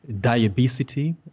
diabetes